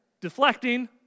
deflecting